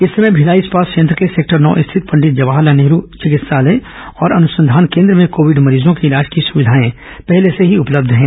इस समय भिलाई इस्पात संयंत्र के सेक्टर नौ स्थित पंडित जवाहर लाल नेहरू चिकित्सालय और अन संधान केन्द्र में कोविड मरीजों के इलाज की सुविधाए पहले से ही उपलब्ध है